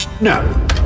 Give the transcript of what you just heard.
No